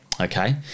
okay